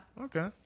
Okay